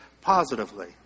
positively